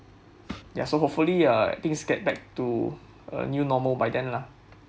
ya so hopefully uh things get back to a new normal by then lah